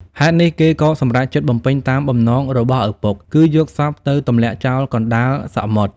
ហេតុនេះ គេក៏សម្រេចចិត្តបំពេញតាមបំណងរបស់ឪពុក គឺយកសពទៅទម្លាក់ចោលកណ្តាលសមុទ្រ។